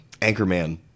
Anchorman